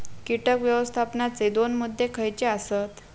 कीटक व्यवस्थापनाचे दोन मुद्दे खयचे आसत?